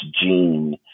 Gene